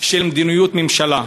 של מדיניות ממשלה.